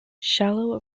shallow